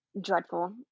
Dreadful